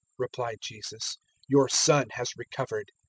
replied jesus your son has recovered.